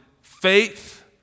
faith